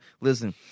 Listen